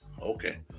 Okay